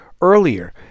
earlier